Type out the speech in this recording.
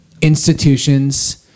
institutions